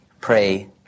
pray